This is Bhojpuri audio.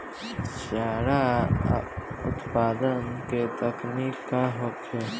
चारा उत्पादन के तकनीक का होखे?